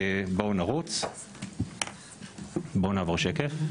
בואו נעבור שקף.